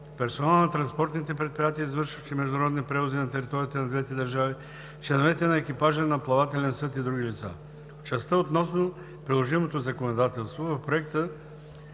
персонала на транспортните предприятия, извършващи международни превози на територията на двете държави, членовете на екипажа на плавателен съд и други лица. В частта относно приложимото законодателство в Проекта